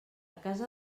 casa